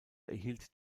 erhielt